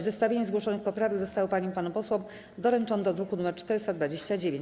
Zestawienie zgłoszonych poprawek zostało paniom i panom posłom doręczone do druku nr 429.